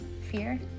fear